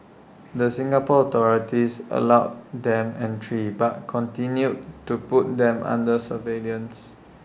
the Singapore authorities allowed them entry but continued to put them under surveillance